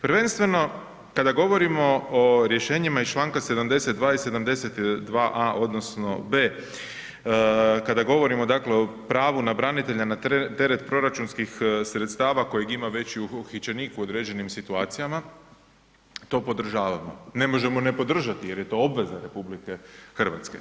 Prvenstveno kada govorimo o rješenjima iz čl. 72. i 72 a) odnosno b) kada govorimo o pravu na branitelja na teret proračunskih sredstava kojeg ima već uhićenik u određenim situacijama, to podržavamo, ne možemo ne podržati jer je to obveza RH.